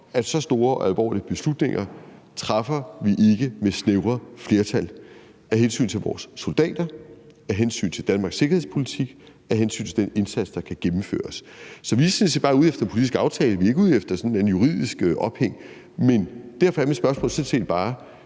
at så store og alvorlige beslutninger træffer vi ikke med snævre flertal af hensyn til vores soldater, af hensyn til Danmarks sikkerhedspolitik, af hensyn til den indsats, der skal gennemføres. Så vi er sådan set bare ude efter en politisk aftale. Vi er ikke ude efter sådan et eller andet juridisk ophæng. Derfor er mit spørgsmål sådan set bare: